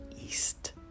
east